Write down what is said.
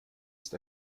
ist